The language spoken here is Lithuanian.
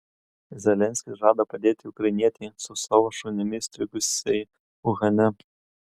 zelenskis žada padėti ukrainietei su savo šunimi įstrigusiai uhane